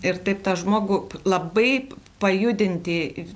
ir taip tą žmogų labai pajudinti ir